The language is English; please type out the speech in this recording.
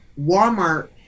Walmart